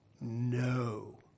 No